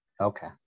okay